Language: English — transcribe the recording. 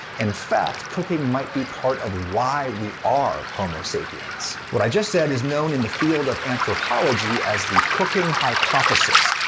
in fact, cooking might be part of why we are homo sapiens. what i just said is known in the field of anthropology as the cooking hypothesis,